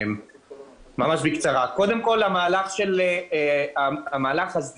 מטרת המהלך הזה